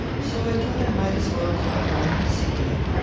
so i thought i might as well call round and see you.